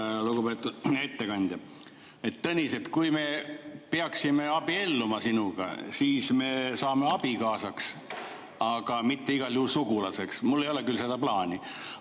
Tõnis, kui me peaksime abielluma sinuga, siis me saame abikaasadeks, aga igal juhul mitte sugulasteks. Mul ei ole küll seda plaani.